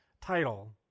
title